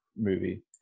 movie